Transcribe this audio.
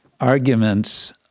arguments